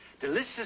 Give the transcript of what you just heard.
Delicious